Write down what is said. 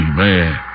man